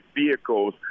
vehicles